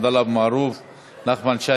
עבדאללה אבו מערוף; נחמן שי,